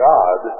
God